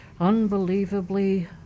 unbelievably